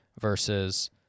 versus